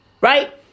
right